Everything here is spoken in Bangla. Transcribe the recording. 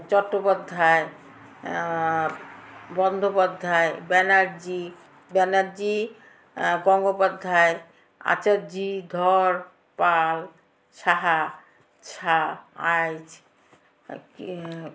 চট্টোপাধ্যায় বন্দ্যোপাধ্যায় ব্যানার্জি ব্যানার্জি গঙ্গোপাধ্যায় আচার্যি ধর পাল সাহা সা আইচ কি